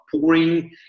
pouring